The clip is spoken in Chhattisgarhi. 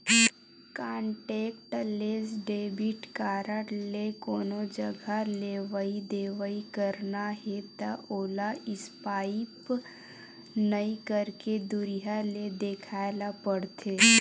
कांटेक्टलेस डेबिट कारड ले कोनो जघा लेवइ देवइ करना हे त ओला स्पाइप नइ करके दुरिहा ले देखाए ल परथे